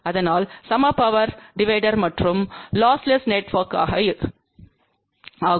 அதனால் சம power divider மற்றும் லொஸ்லெஸ் நெட்ஒர்க்யத்திற்காக